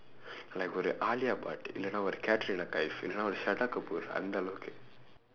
like ஒரு:oru Alia Bhat இல்லேன்னா ஒரு:illeennaa oru katrina kaif இல்லேன்னா ஒரு:illeennaa oru shraddha kapoor அந்த அளவுக்கு:andtha alavukku